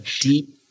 deep